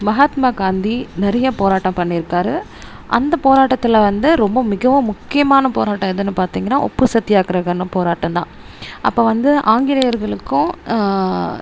மஹாத்மா காந்தி நிறைய போராட்டம் பண்ணியிருக்காரு அந்த போராட்டத்தில் வந்து ரொம்ப மிகவும் முக்கியமான போராட்டம் எதுன்னு பார்த்தீங்கன்னா உப்பு சத்தியாகிரகம்னு போராட்டம் தான் அப்போது வந்து ஆங்கிலேயர்களுக்கும்